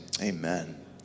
Amen